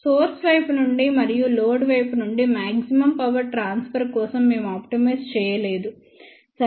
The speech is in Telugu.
సోర్స్ వైపు నుండి మరియు లోడ్ వైపు నుండి మాక్సిమమ్ పవర్ ట్రాన్స్ఫర్ కోసం మేము ఆప్టిమైజ్ చేయలేదు సరే